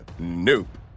Nope